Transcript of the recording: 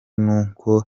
n’uko